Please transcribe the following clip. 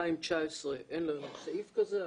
ב-2019 אין לנו סעיף כזה,